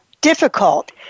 difficult